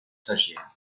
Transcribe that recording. stagiaires